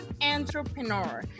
entrepreneur